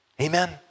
amen